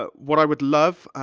but what i would love,